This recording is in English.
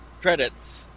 credits